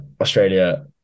australia